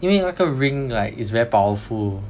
因为那个 ring like it's very powerful